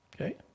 okay